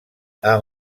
amb